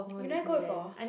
you never go before